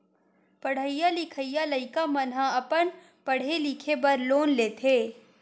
पड़हइया लिखइया लइका मन ह अपन पड़हे लिखे बर लोन लेथे